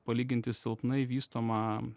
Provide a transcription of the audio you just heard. palyginti silpnai vystoma